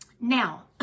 Now